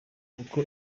uko